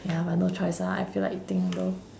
ya but no choice ah I feel like eating bro